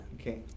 okay